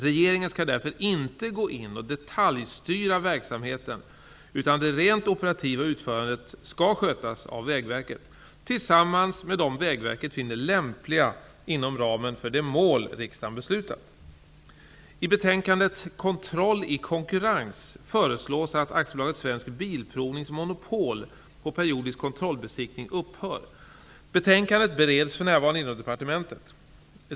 Regeringen skall därför inte gå in och detaljstyra verksamheten utan det rent operativa utförandet skall skötas av Vägverket tillsammans med dem Vägverket finner lämpliga inom ramen för det mål riksdagen beslutat. AB Svensk Bilprovnings monopol på periodisk kontrollbesiktning upphör. Betänkandet bereds för närvarande inom departementet.